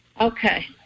Okay